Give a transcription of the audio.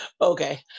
Okay